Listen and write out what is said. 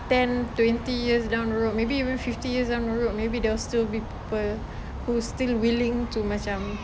ten twenty years down the road maybe even fifty years down the road maybe there will still be people who's still willing to macam